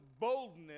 boldness